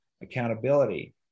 accountability